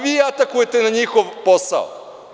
Vi atakujete na njihov posao.